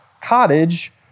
cottage